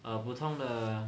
普通的